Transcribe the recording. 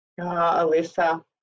Alyssa